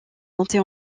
montée